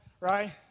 right